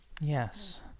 Yes